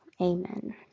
Amen